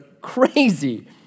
crazy